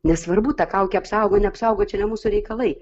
nesvarbu ta kaukė apsaugo neapsaugoti čia ne mūsų reikalai